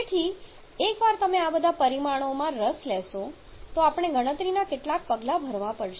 તેથી એકવાર તમે આ બધા પરિમાણોમાં રસ લેશો તો આપણે ગણતરીના કેટલાક પગલાં ભરવા પડશે